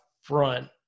front